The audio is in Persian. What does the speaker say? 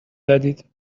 دادید